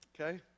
okay